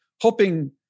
hoping